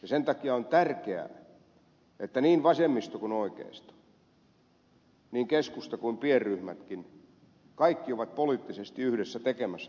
sen takia on tärkeää että niin vasemmisto kuin oikeisto niin keskusta kuin pienryhmätkin kaikki ovat poliittisesti yhdessä tekemässä tätä tointa